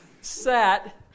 sat